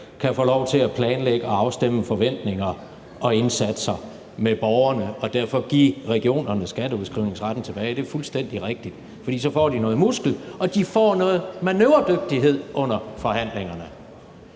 kan få lov til at planlægge og afstemme forventninger og indsatser med borgerne, og derfor give regionerne skatteudskrivningsretten tilbage. Det er fuldstændig rigtigt. For så får de noget muskelstyrke og de får noget manøvredygtighed under forhandlingerne.